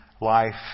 life